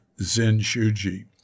Zenshuji